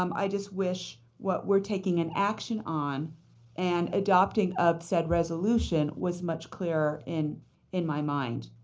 um i just wish what we're taking an action on and adopting of said resolution was much clearer in in my mind,